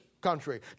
country